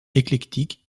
éclectique